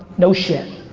no shit.